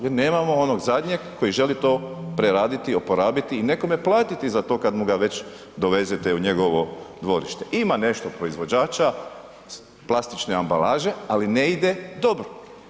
Jer nemamo onog zadnjeg koji želi to preraditi, oporabiti i nekome platiti za to kad mu ga već dovezete u njegovo dvorište, ima nešto proizvođača plastične ambalaže, ali ne ide dobro.